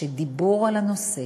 שדיבור על הנושא,